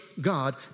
God